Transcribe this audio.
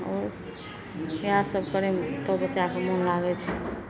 आओर इएह सब करयमे तऽ बच्चाके मोन लागय छै